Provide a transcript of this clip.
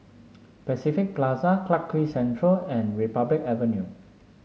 Pacific Plaza Clarke Quay Central and Republic Avenue